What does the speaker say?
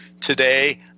Today